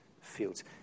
fields